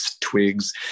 twigs